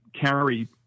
carry